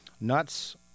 Nuts